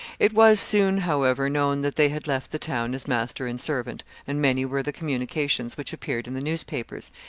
it was soon, however, known that they had left the town as master and servant and many were the communications which appeared in the newspapers,